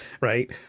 Right